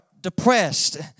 depressed